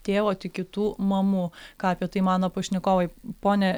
tėvo tik kitų mamų ką apie tai mano pašnekovai pone